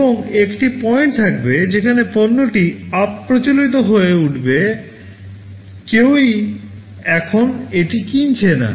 এবং একটি পয়েন্ট থাকবে যেখানে পণ্যটি অপ্রচলিত হয়ে উঠবে কেউই এখন এটি কিনছে না